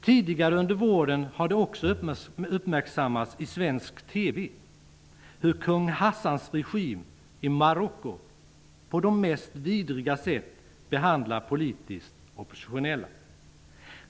Tidigare under våren har det också uppmärksammats i svensk TV hur kung Hassans regim i Marocko på de mest vidriga sätt behandlar politiskt oppositionella.